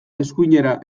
eskuinera